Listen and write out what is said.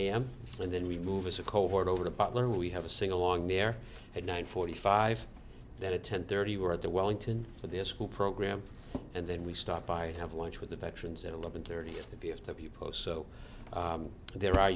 am and then we move as a covert over the butler we have a sing along there at nine forty five then at ten thirty we're at the wellington for their school program and then we stop by and have lunch with the veterans at eleven thirty at the v f w post so there are